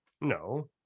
No